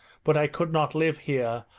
but i could not live here,